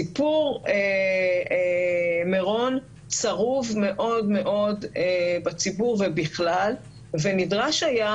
סיפור מירון צרוב מאוד מאוד בציבור ובכלל ונדרש היה,